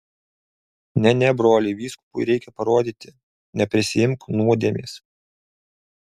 ne ne broli vyskupui reikia parodyti neprisiimk nuodėmės